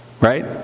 Right